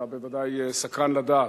אתה בוודאי סקרן לדעת.